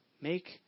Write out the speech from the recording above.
Make